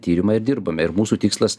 tyrimą ir dirbame ir mūsų tikslas